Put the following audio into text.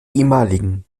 ehemaligen